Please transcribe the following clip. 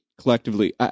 collectively